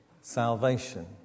salvation